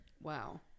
wow